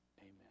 Amen